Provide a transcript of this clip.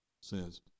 says